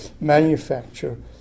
manufacture